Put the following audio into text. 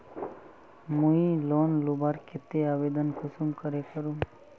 मुई लोन लुबार केते आवेदन कुंसम करे करूम?